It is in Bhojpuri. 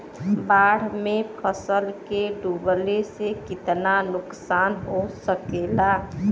बाढ़ मे फसल के डुबले से कितना नुकसान हो सकेला?